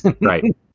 Right